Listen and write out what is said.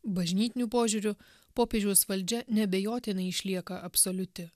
bažnytiniu požiūriu popiežiaus valdžia neabejotinai išlieka absoliuti